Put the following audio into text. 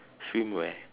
swimwear